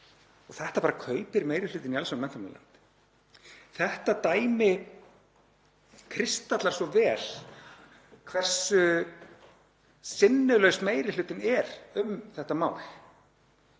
og þetta bara kaupir meiri hlutinn í allsherjar- og menntamálanefnd. Þetta dæmi kristallar svo vel hversu sinnulaus meiri hlutinn er um þetta mál,